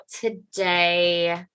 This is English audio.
today